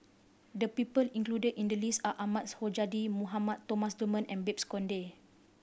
the people included in the list are Ahmad Sonhadji Mohamad Thomas Dunman and Babes Conde